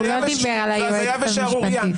הוא לא דיבר על היועצת המשפטית.